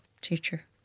teacher